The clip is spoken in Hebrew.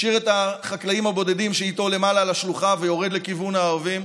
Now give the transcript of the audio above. משאיר את החקלאים הבודדים שאיתו למעלה על השלוחה ויורד לכיוון הערבים,